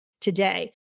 today